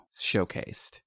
showcased